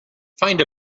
find